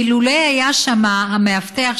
ואילולא היה שם המאבטח,